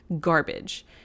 Garbage